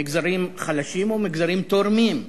מגזרים חלשים ומגזרים תורמים,